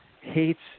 hates